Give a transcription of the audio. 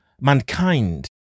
mankind